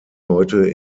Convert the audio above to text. heute